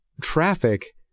traffic